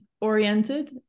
oriented